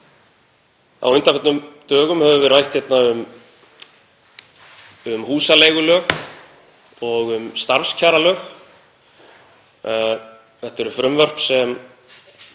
Á undanförnum dögum höfum við rætt hér um húsaleigulög og um starfskjaralög. Þetta eru frumvörp sem